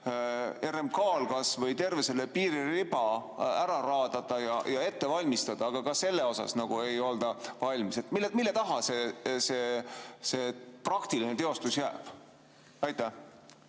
RMK-l kas või terve selle piiririba ära raadata ja ette valmistada, aga ka selleks ei olda valmis. Mille taha see praktiline teostus jääb? Suur